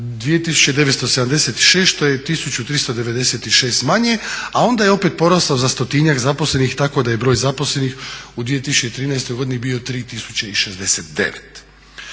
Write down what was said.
2976 što je 1396 manje, a onda je opet porastao za 100-njak zaposlenih, tako da je broj zaposlenih u 2013. godini bio 3069.